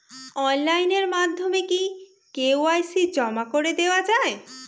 Online মাধ্যমে কি KYC জমা করে দেওয়া য়ায়?